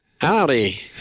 Howdy